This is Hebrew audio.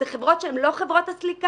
אלה חברות שהן לא חברות הסליקה.